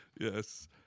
Yes